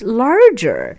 larger